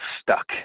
stuck